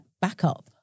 backup